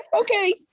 Okay